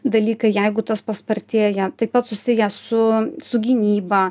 dalykai jeigu tas paspartėja taip pat susiję su su gynyba